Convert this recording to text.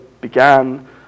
began